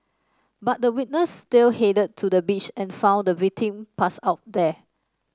but the witness still headed to the beach and found the victim passed out there